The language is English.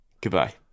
Goodbye